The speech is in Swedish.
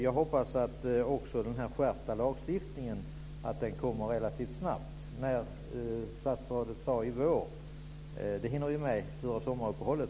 Jag hoppas också att den skärpta lagstiftningen kommer relativt snabbt. Statsrådet sade i vår - jag hoppas vi hinner med det före sommaruppehållet.